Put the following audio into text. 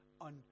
on